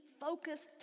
focused